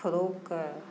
frock